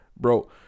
bro